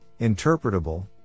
interpretable